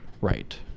Right